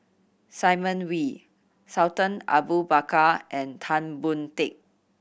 Simon Wee Sultan Abu Bakar and Tan Boon Teik